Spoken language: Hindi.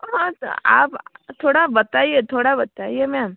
हाँ तो आप थोड़ा बताइए थोड़ा बताइए मैम